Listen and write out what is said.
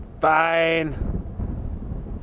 Fine